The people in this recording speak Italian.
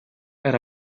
era